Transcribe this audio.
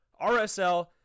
rsl